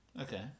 Okay